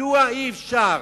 מדוע אי-אפשר,